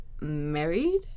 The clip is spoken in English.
married